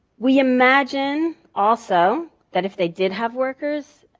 we imagine also, that if they did have workers,